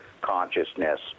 consciousness